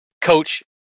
Coach